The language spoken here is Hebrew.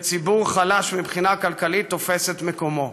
וציבור חלש מבחינה כלכלית תופס את מקומו.